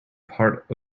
part